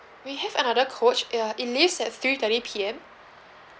we have another coach uh it leaves at three-thirty P_M